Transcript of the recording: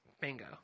bingo